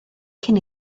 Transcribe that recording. cyn